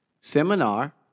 seminar